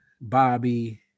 Bobby